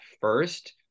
first